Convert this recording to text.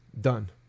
Done